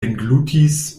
englutis